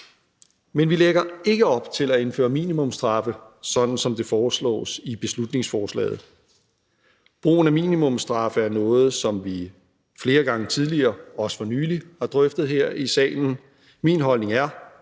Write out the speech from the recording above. Men vi lægger ikke op til at indføre minimumsstraffe, sådan som det foreslås i beslutningsforslaget. Brugen af minimumsstraffe er noget, som vi flere gange tidligere – også for nylig – har drøftet her i salen. Min holdning er,